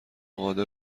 قادر